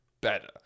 better